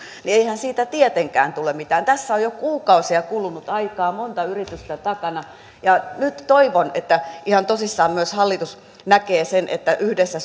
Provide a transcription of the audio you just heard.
niin eihän siitä tietenkään tule mitään tässä on jo kuukausia kulunut aikaa monta yritystä takana nyt toivon että ihan tosissaan myös hallitus näkee sen että yhdessä